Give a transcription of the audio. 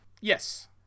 Yes